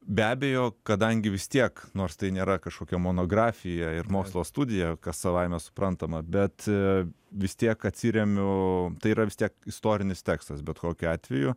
be abejo kadangi vis tiek nors tai nėra kažkokia monografija ir mokslo studija kas savaime suprantama bet vis tiek atsiremiu tai yra vis tiek istorinis tekstas bet kokiu atveju